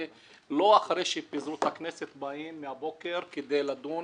ולא אחרי שפיזרו את הכנסת באים מהבוקר כדי לדון